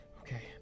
okay